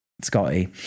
Scotty